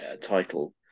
title